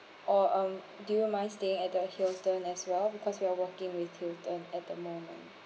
or um do you mind staying at the hilton as well because we are working with hilton at the moment